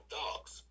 dogs